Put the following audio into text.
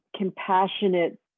compassionate